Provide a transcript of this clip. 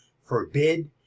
Forbid